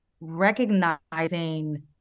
recognizing